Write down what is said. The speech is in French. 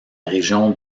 région